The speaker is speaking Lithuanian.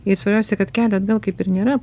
ir svarbiausia kad kelio atgal kaip ir nėra